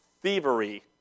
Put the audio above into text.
thievery